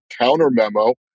counter-memo